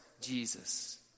Jesus